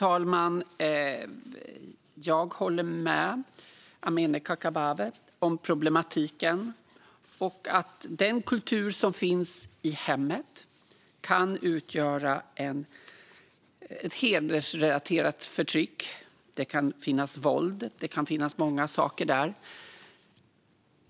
Fru talman! Jag håller med Amineh Kakabaveh om problematiken och om att den kultur som finns i hemmet kan utgöra ett hedersrelaterat förtryck. Det kan finnas våld. Det kan finnas många saker där.